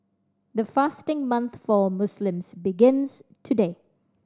the fasting month for Muslims begins today